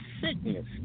sickness